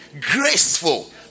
graceful